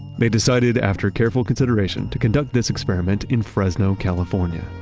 they decided, after careful consideration, to conduct this experiment in fresno, california.